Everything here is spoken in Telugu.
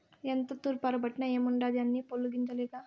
ఎంత తూర్పారబట్టిన ఏముండాది అన్నీ పొల్లు గింజలేగా